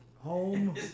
Home